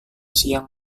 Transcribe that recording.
siang